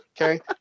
okay